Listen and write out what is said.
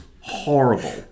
horrible